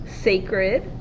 sacred